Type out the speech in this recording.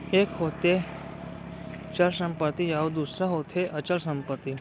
एक होथे चल संपत्ति अउ दूसर होथे अचल संपत्ति